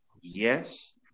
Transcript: Yes